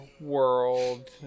World